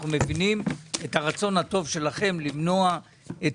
אנחנו מבינים את הרצון הטוב שלכם למנוע את